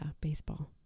Baseball